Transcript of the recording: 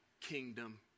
kingdom